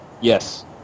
Yes